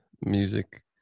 music